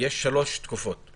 שלוש תקופות: